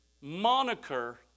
moniker